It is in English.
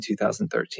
2013